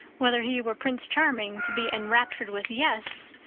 whether he were prince charming to be enraptured with yes,